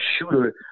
shooter